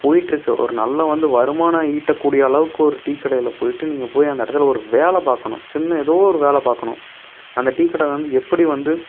போயிட்ருக்க ஒரு நல்லா வந்து வருமானம் ஈட்டக்கூடிய அளவுக்கு ஒரு டீ கடையில போய்ட்டு நீங்கள் போய் அந்த இடத்துல ஒரு வேலை பார்க்கணும் சின்ன எதோ ஒரு வேலை பார்க்கணும் அந்த டீ கடை வந்து எப்படி வந்து